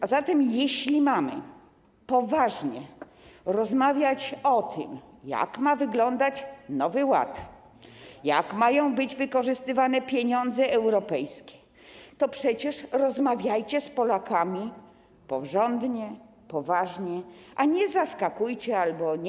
A zatem jeśli mamy poważnie rozmawiać o tym, jak ma wyglądać Nowy Ład, jak mają być wykorzystywane pieniądze europejskie, to przecież rozmawiajcie z Polakami porządnie, poważnie, a nie zaskakujcie albo nie.